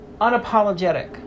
unapologetic